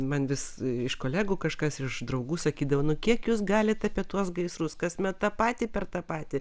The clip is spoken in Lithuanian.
man vis iš kolegų kažkas iš draugų sakydavo nu kiek jūs galite apie tuos gaisrus kasmet tą patį per tą patį